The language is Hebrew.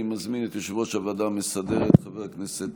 אני מזמין את יושב-ראש הוועדה המסדרת חבר הכנסת